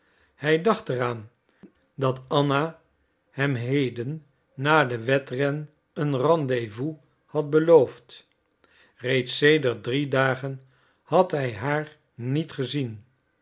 hij dacht er aan dat anna hem heden na den wedren een rendez-vous had beloofd reeds sedert drie dagen had hij haar niet gezien